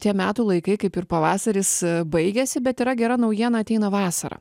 tie metų laikai kaip ir pavasaris baigiasi bet yra gera naujiena ateina vasara